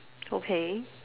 okay